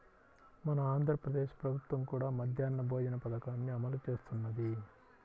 మన ఆంధ్ర ప్రదేశ్ ప్రభుత్వం కూడా మధ్యాహ్న భోజన పథకాన్ని అమలు చేస్తున్నది